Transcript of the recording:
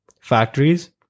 factories